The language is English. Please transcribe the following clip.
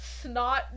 snot